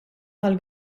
tal